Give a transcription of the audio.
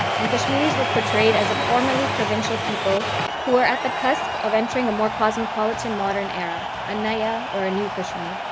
and kashmiris were portrayed as a formerly provincial people who are at the cusp of entering a more cosmopolitan, modern era, a naya, or a new kashmir.